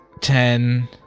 ten